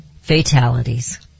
fatalities